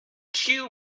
two